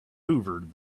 hoovered